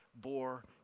bore